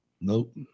Nope